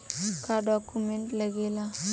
का डॉक्यूमेंट लागेला?